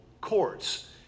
courts